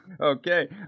Okay